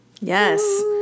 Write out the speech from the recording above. Yes